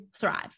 thrive